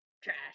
Trash